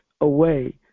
away